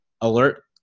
alert